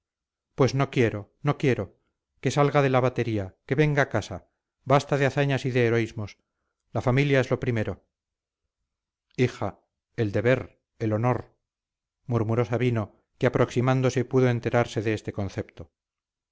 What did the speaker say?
pues no quiero no quiero que salga de la batería que venga a casa basta de hazañas y de heroísmos la familia es lo primero hija el deber el honor murmuró sabino que aproximándose pudo enterarse de este concepto